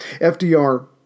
FDR